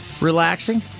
relaxing